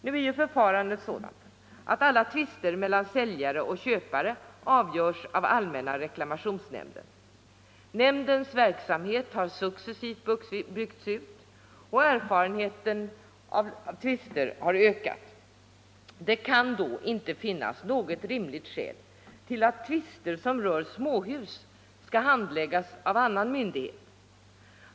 Nu är ju förfarandet sådant att alla tvister mellan säljare och köpare avgörs av allmänna reklamationsnämnden. Nämndens verksamhet har successivt byggts ut, och erfarenheten av tvister har ökat. Det kan då inte finnas något rimligt skäl till att tvister som rör småhus skall handläggas av annan myndighet.